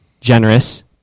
generous